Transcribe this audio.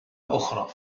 أخرى